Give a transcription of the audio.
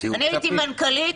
אני הייתי מנכ"לית,